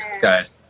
guys